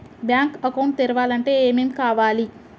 Bank account తెరవాలంటే ఏమేం కావాలి?